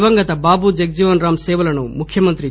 దివంగత బాబూ జగజ్జీవన్ రామ్ సేవలను ముఖ్యమంత్రి కె